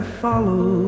follow